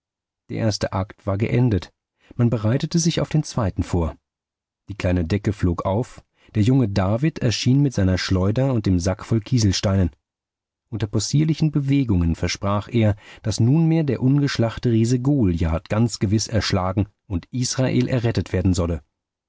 der erste akt war geendet man bereitete sich auf den zweiten vor die kleine decke flog auf der junge david erschien mit seiner schleuder und dem sack voll kieselsteinen unter possierlichen bewegungen versprach er daß nunmehr der ungeschlachte riese goliath ganz gewiß erschlagen und israel errettet werden solle